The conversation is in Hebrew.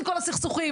הסכסוכים.